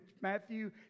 Matthew